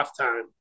halftime